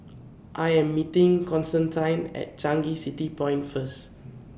I Am meeting Constantine At Changi City Point First